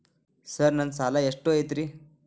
Sir ನನ್ನ ಸಾಲಾ ಎಷ್ಟು ಐತ್ರಿ?